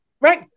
right